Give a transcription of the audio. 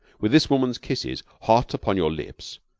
with this woman's kisses hot upon your lips,